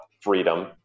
freedom